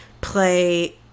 play